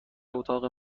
اتاق